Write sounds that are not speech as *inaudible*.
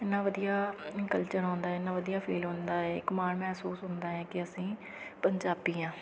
ਇੰਨਾ ਵਧੀਆ *unintelligible* ਕਲਚਰ ਹੁੰਦਾ ਇੰਨਾ ਵਧੀਆ ਫੀਲ ਹੁੰਦਾ ਹੈ ਇੱਕ ਮਾਣ ਮਹਿਸੂਸ ਹੁੰਦਾ ਹੈ ਕਿ ਅਸੀਂ ਪੰਜਾਬੀ ਹਾਂ